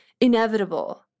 inevitable